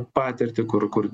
patirtį kur kur